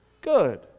good